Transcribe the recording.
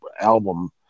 album